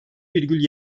virgül